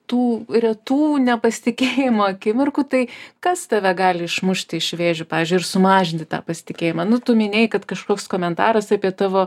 tų retų nepasitikėjimo akimirkų tai kas tave gali išmušti iš vėžių pavyzdžiui ir sumažinti tą pasitikėjimą nu tu minėjai kad kažkoks komentaras apie tavo